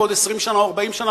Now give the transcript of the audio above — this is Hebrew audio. בעוד 20 שנה או 40 שנה,